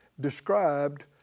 described